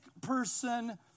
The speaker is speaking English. person